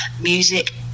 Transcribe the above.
music